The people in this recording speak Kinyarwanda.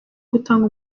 gutanga